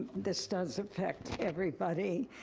this does affect everybody.